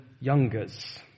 youngers